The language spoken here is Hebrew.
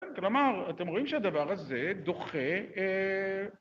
כלומר, אתם רואים שהדבר הזה דוחה...